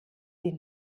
sie